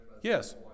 Yes